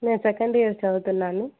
నేను second year చదువుతున్నాను